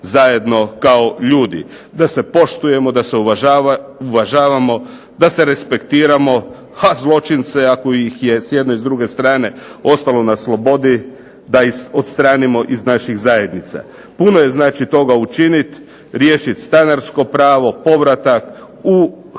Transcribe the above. zajedno kao ljudi. Da se poštujemo, da se uvažavamo, da se respektiramo, a zločince ako ih je i s jedne i druge strane ostalo na slobodi da ih odstranimo iz naših zajednica. Puno je znači toga za učiniti, riješiti stanarsko pravo povratak u